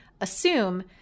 assume